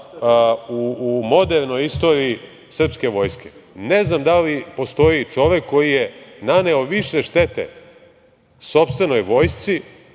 u modernoj istoriji srpske vojske. Ne znam da li postoji čovek koji je naneo više štete sopstvenoj vojsci